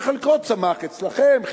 שחלקו צמח אצלכם,